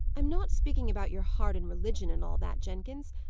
i am not speaking about your heart and religion, and all that, jenkins.